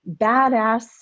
badass